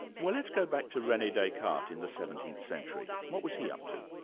well let's go back to renee descartes in the seventeenth century, what was he up to?